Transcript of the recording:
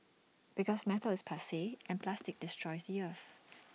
because metal is passe and plastic destroys the earth